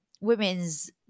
Women's